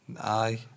Aye